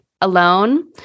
alone